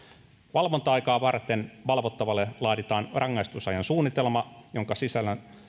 valvonta aikaa varten valvottavalle laaditaan rangaistusajan suunnitelma jonka sisällön